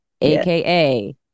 aka